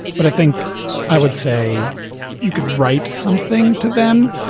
but i think i would say you could write something to them.